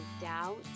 doubt